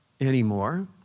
anymore